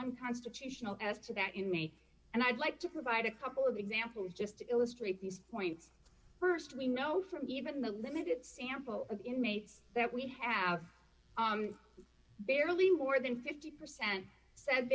unconstitutional as to that in me and i'd like to provide a couple of examples just to illustrate these points st we know from even the limited sample of inmates that we have barely more than fifty percent said